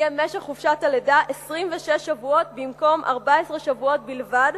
יהיה משך חופשת הלידה 26 שבועות במקום 14 שבועות בלבד,